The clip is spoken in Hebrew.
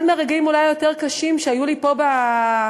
אחד מהרגעים אולי היותר-קשים שהיו לי פה במליאה,